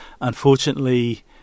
unfortunately